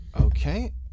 Okay